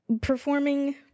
performing